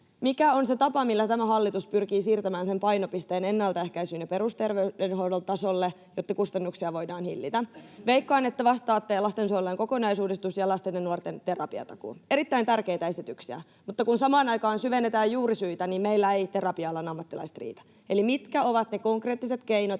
Mikä on se tapa, millä tämä hallitus pyrkii siirtämään sen painopisteen ennalta ehkäisyyn ja perusterveydenhoidon tasolle, jotta kustannuksia voidaan hillitä? Veikkaan, että vastaatte: lastensuojelun kokonaisuudistus ja lasten ja nuorten terapiatakuu. Erittäin tärkeitä esityksiä, mutta kun samaan aikaan syvennetään juurisyitä, niin meillä eivät terapia-alan ammattilaiset riitä. Eli mitkä ovat ne konkreettiset keinot,